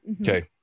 okay